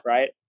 Right